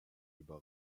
über